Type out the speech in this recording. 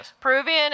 Peruvian